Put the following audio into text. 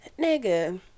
nigga